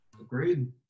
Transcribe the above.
Agreed